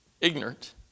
ignorant